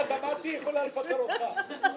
כמעט אמרתי שהיא יכולה לפטר אותך.